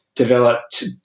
developed